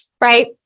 right